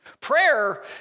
Prayer